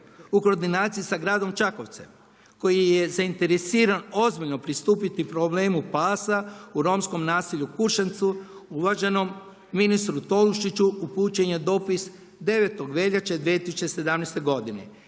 U koordinaciji sa gradom Čakovcem koji je zainteresiran ozbiljno pristupiti problemu pasa u Romskom naselju Kuršancu uvaženom ministru Tolušiću upućen je dopis 9. veljače 2017. godine.